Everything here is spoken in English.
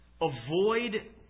avoid